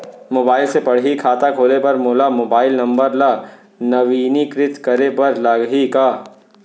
Mobile से पड़ही खाता खोले बर मोला मोबाइल नंबर ल नवीनीकृत करे बर लागही का?